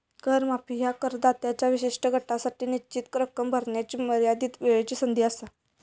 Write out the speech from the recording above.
कर माफी ह्या करदात्यांच्या विशिष्ट गटासाठी निश्चित रक्कम भरण्याची मर्यादित वेळची संधी असा